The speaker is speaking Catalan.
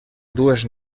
dues